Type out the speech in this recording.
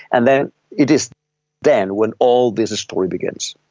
and then it is then when all this story begins.